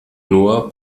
nur